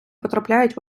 потрапляють